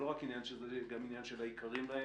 זה גם עניין של היקרים להם,